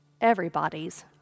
everybody's